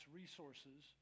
resources